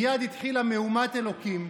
מייד התחילה מהומת אלוקים,